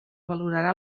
valorarà